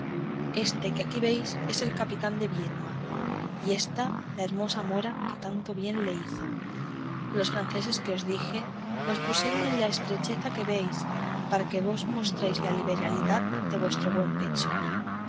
éste que aquí veis es el capitán viedma y ésta la hermosa mora que tanto bien le hizo los franceses que os dije los pusieron en la estrecheza que veis para que vos mostréis la liberalidad de vuestro buen pecho